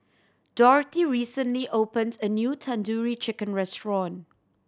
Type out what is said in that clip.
Dorthy recently opened a new Tandoori Chicken Restaurant